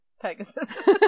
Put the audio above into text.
pegasus